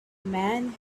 man